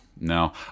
no